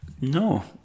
No